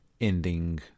ending